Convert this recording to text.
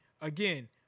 again